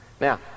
Now